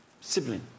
sibling